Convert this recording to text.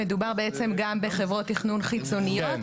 מדובר בעצם גם בחברות תכנון חיצוניות?